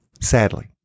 Sadly